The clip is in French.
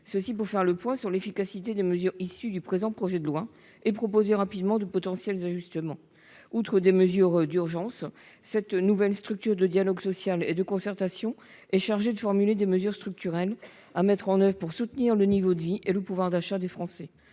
2022, pour faire le point sur l'efficacité des mesures issues du présent projet de loi et proposer rapidement de potentiels ajustements. Outre les mesures d'urgence, cette nouvelle structure de dialogue social et de concertation serait chargée d'élaborer des mesures structurelles à mettre en oeuvre pour soutenir le niveau de vie et le pouvoir d'achat des Français.